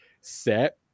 set